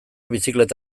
bizikleta